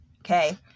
okay